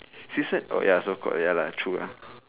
she said oh ya so cor~ ya lah true lah